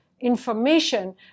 information